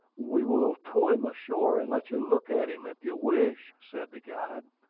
we will tow him ashore and let you look at him, if you wish, said the guide.